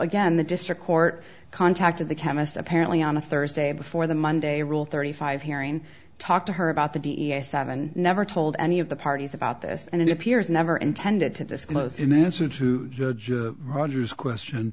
again the district court contacted the chemist apparently on a thursday before the monday rule thirty five hearing talk to her about the d e a s seven never told any of the parties about this and it appears never intended to disclose in answer to roger's question